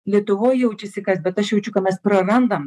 lietuvoj jaučiasi kas bet aš jaučiu ka mes prarandam